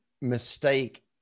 mistake